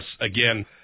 again